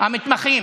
המתמחים.